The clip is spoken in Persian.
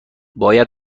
باید